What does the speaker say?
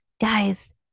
Guys